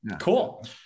Cool